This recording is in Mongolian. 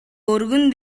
өргөн